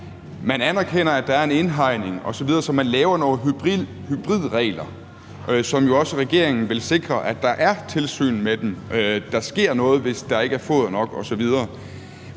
man anerkender, at der er en indhegning osv. Så man laver nogle hybridregler, fordi regeringen jo også vil sikre, at der er tilsyn med dem, altså at der sker noget, hvis der ikke er foder nok osv.